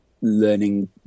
learning